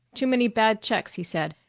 too many bad checks, he said,